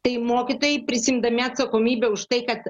tai mokytojai prisiimdami atsakomybę už tai kad